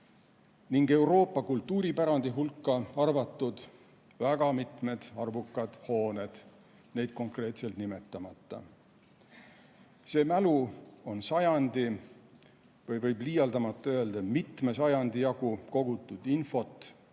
ning Euroopa kultuuripärandi hulka arvatud väga mitmed, arvukad hooned, mida ma konkreetselt nimetama ei hakka. See mälu on sajandi või võib liialdamata öelda, mitme sajandi jagu kogutud infot,